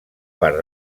part